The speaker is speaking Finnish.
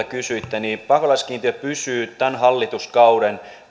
kysyitte pakolaiskiintiö pysyy tämän hallituskauden